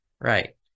Right